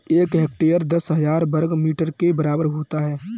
एक हेक्टेयर दस हजार वर्ग मीटर के बराबर होता है